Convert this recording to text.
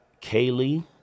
Kaylee